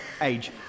age